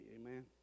Amen